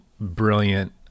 brilliant